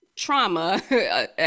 Trauma